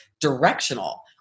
directional